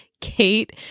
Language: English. Kate